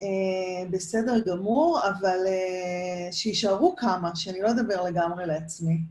בסדר גמור, אבל שישארו כמה שאני לא אדבר לגמרי לעצמי.